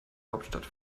hauptstadt